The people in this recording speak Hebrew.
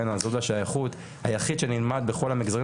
עניין השייכות היחיד שנלמד בכל המגזרים